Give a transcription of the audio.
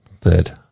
Third